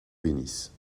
bénisse